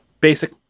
basic